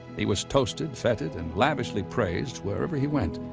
he was toasted, feted, and lavishly praised wherever he went.